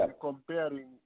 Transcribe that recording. comparing